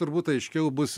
turbūt aiškiau bus